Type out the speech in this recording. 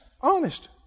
honest